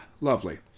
Lovely